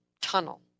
tunnel